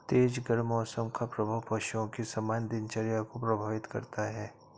तेज गर्म मौसम का प्रभाव पशुओं की सामान्य दिनचर्या को प्रभावित करता है